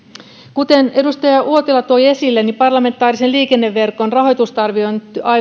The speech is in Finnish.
kuten edustaja uotila toi esille parlamentaarisessa liikenneverkon rahoitustarvetta